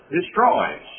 destroys